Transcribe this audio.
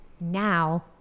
now